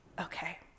Okay